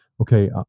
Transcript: okay